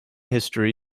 history